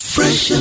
Fresh